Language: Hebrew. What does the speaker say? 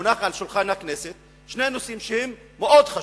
מונחים על שולחן הכנסת שני נושאים שהם מאוד חשובים: